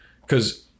Because-